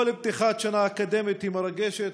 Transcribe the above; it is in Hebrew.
כל פתיחת שנה אקדמית היא מרגשת,